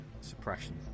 suppression